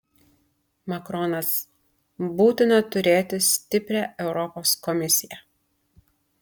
makronas būtina turėti stiprią europos komisiją